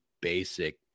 basic